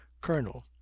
colonel